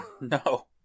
no